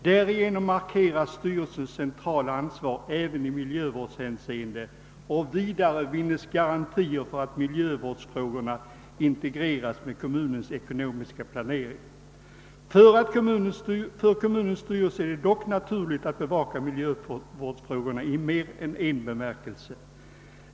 Därigenom markeras styrelsens centrala ansvar även i miljövårdshänseende och vidare vinnes garantier för att miljövårdsfrågorna integreras med kommunens ekonomiska planering. För kommunens styrelse är det också naturligt att bevaka miljövårdsfrågorna i en mer vid bemärkelse.